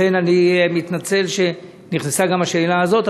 לכן אני מתנצל שנכנסה גם השאלה הזאת,